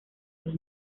los